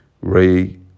Ray